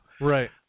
Right